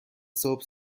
صبح